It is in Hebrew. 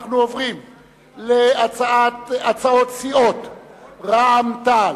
אנחנו עוברים להצעות סיעות רע"ם-תע"ל,